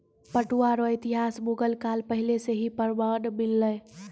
पटुआ रो इतिहास मुगल काल पहले से ही प्रमान मिललै